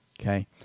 Okay